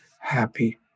happy